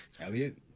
Elliot